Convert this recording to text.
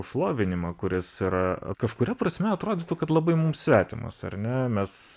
šlovinimą kuris yra kažkuria prasme atrodytų kad labai mums svetimas ar ne mes